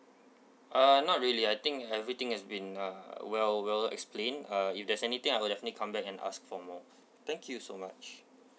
uh not really I think everything has been uh well well explained uh if there's anything I definitely come back and ask for more thank you so much